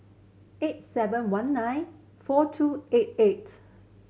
eight seven one nine four two eight eight